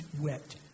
wet